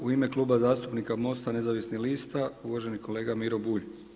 U ime Kluba zastupnika MOST-a Nezavisnih lista uvaženi kolega Miro Bulj.